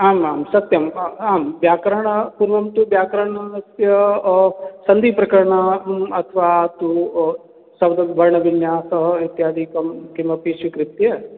आम् आं सत्यम् अ आं व्याकरणं पूर्वं तु व्याकरणस्य सन्धिप्रकरणं अथवा तु शब्दविवरणविन्यासः इत्यादिकं किमपि स्वीकृत्य